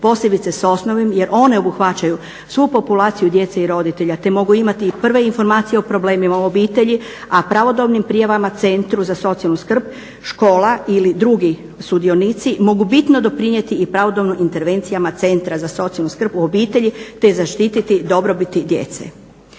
posebice sa osnovnim jer one obuhvaćaju svu populaciju djece i roditelja te mogu imati i prve informacije o problemima u obitelji, a pravodobnim prijavama Centru za socijalnu skrb škola ili drugi sudionici mogu bitno doprinijeti i pravodobnim intervencijama Centra za socijalnu skrb u obitelji te zaštiti dobrobiti djece.